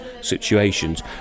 situations